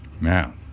Now